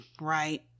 right